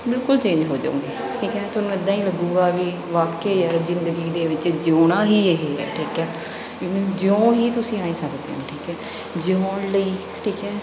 ਬਿਲਕੁਲ ਚੇਂਜ ਹੋ ਜਾਓਂਗੇ ਠੀਕ ਹੈ ਤੁਹਾਨੂੰ ਇੱਦਾਂ ਹੀ ਲੱਗੂਗਾ ਵੀ ਵਾਕਈ ਯਾਰ ਜ਼ਿੰਦਗੀ ਦੇ ਵਿੱਚ ਜਿਉਣਾ ਹੀ ਇਹ ਹੈ ਠੀਕ ਹੈ ਵੀ ਮੀਨਜ਼ ਜਿਉਂ ਹੀ ਤੁਸੀਂ ਆਏਂ ਸਕਦੇ ਹੋ ਠੀਕ ਹੈ ਜਿਓਣ ਲਈ ਠੀਕ ਹੈ